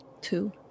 Two